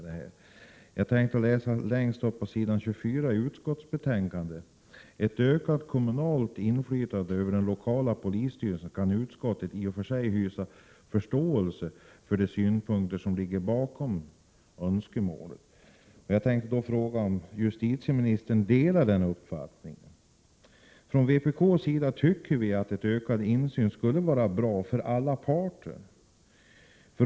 Längst upp på s. 24 i utskottsbetänkandet framhålls: ”Vad först gäller önskemålet ——— om ett ökat kommunalt inflytande över den lokala polisstyrelsen kan utskottet i och för sig hysa förståelse för de synpunkter som ligger bakom önskemålet.” Jag vill fråga om justitieministern delar den inställningen. Vi tycker inom vpk att ökad insyn skulle vara bra för alla parter.